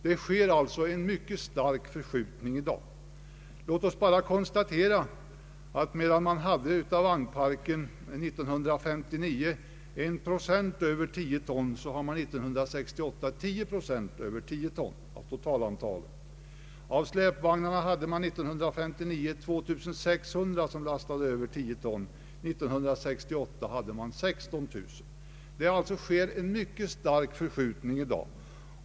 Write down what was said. Det sker i dag en mycket stark förskjutning mot större fordonstyper. Medan år 1959 endast 1 procent av bilarna var på över 10 ton var det år 1968 10 procent. Av släpvagnarna var år 1969 2 600 över 10 ton, medan siffran år 1968 var 16 000.